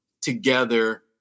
together